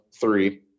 three